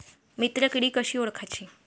मित्र किडी कशी ओळखाची?